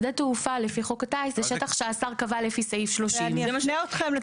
שדה תעופה לפי חוק הטיס זה שטח שהשר קבע לפי סעיף 30. לא,